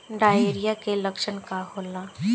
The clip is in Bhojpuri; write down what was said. डायरिया के लक्षण का होला?